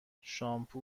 شامپو